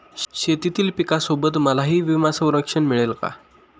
शेतीतील पिकासोबत मलाही विमा संरक्षण मिळेल का?